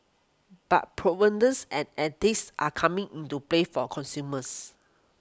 but provenance and ethics are coming into play for consumers